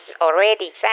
already